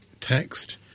text